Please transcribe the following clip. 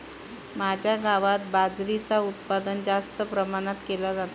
माझ्या गावात बाजरीचा उत्पादन जास्त प्रमाणात केला जाता